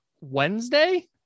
Wednesday